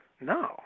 no